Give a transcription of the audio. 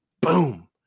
boom